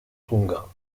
tonga